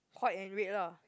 white and red lah